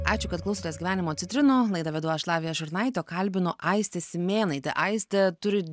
ačiū kad klausotės gyvenimo citrinų laidą vedu aš lavija šurnaitė o kalbinu aistę simėnaitę aistė turi